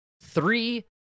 three